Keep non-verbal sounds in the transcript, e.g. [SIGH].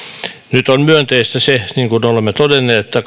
nyt on myönteistä se niin kuin olemme todenneet että [UNINTELLIGIBLE]